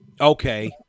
Okay